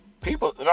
people